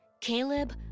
Caleb